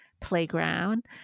playground